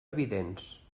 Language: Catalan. evidents